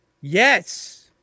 Yes